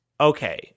Okay